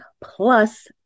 plus